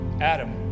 Adam